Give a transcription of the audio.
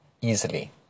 easily